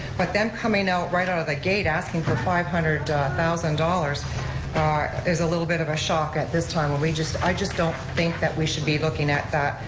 but them coming out right out of the gate asking for five hundred thousand dollars ah is a little bit of a shock at this time, when we just, i just don't think that we should be looking at that.